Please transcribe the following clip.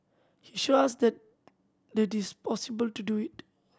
he show us that the it is possible to do it